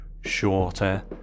shorter